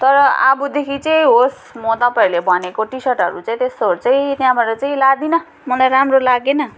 तर अबदेखि चाहिँ होस् म तपाईँहरूले भनेको टिसर्टहरू चाहिँ त्यस्तोहरू चाहिँ त्यहाँबाट चाहिँ लादिनँ मलाई राम्रो लागेन